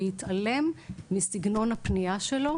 בהתעלם מסגנון הפניה שלו,